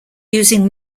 using